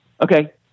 okay